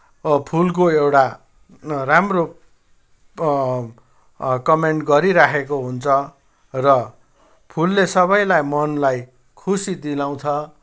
फुलको एउटा राम्रो कमेन्ट गरिरहेको हुन्छ र फुलले सबैलाई मनलाई खुसी दिलाउँछ